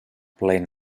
plaent